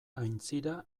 aintzira